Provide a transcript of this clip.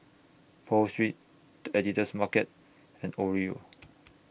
Pho Street The Editor's Market and Oreo